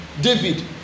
David